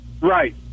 Right